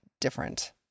different